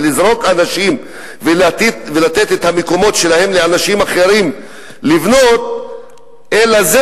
לזרוק אנשים ולתת את המקומות שלהם לאנשים אחרים לבנות עליהם,